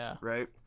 Right